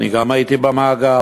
גם אני הייתי במעגל,